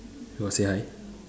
you got say hi